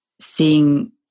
seeing